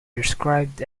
described